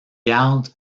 garde